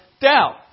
doubt